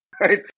right